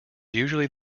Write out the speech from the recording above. usually